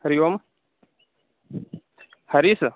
हरिः ओम् हरीशः